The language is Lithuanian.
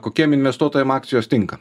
kokiem investuotojam akcijos tinka